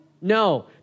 No